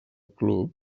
club